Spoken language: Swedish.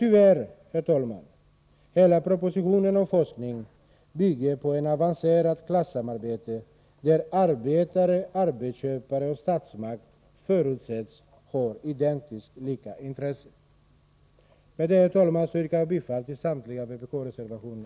Tyvärr bygger hela propositionen om forskning på ett avancerat klasssamarbete där arbetare, arbetsköpare och statsmakt förutsätts ha identiskt lika intressen. Med det, herr talman, yrkar jag bifall till samtliga vpk-reservationer.